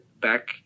back